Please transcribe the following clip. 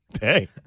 hey